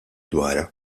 dwarha